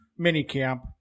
minicamp